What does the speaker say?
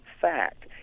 fact